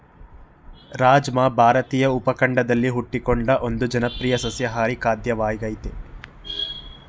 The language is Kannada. ರಾಜ್ಮಾ ಭಾರತೀಯ ಉಪಖಂಡದಲ್ಲಿ ಹುಟ್ಟಿಕೊಂಡ ಒಂದು ಜನಪ್ರಿಯ ಸಸ್ಯಾಹಾರಿ ಖಾದ್ಯವಾಗಯ್ತೆ